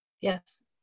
Yes